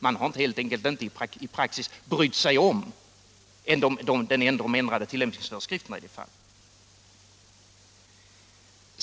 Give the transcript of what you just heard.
Man har helt enkelt inte i praxis brytt sig om de ändrade tillämpningsföreskrifterna i det fallet.